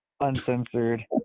uncensored